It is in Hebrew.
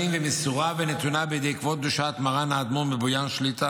המסורה ונתונה בידי כבוד קדושת מרן האדמו"ר מבויאן שליט"א.